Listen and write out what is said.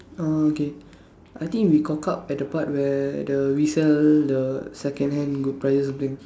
orh okay I think we cock up at the part where the we sell the second hand good prices or something